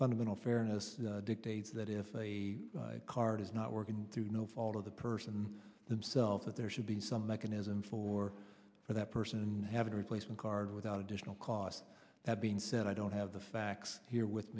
fundamental fairness dictates that if a card is not working through no fault of the person themselves that there should be some mechanism for for that person having a replacement card without additional costs that being said i don't have the facts here with